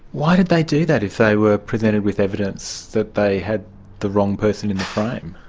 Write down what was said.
why did they do that if they were presented with evidence that they had the wrong person in the frame?